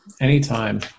anytime